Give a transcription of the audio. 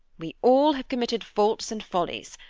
we all have committed faults and follies.